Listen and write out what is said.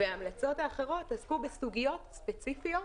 וההמלצות האחרות עסקו בסוגיות ספציפיות,